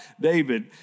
David